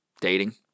dating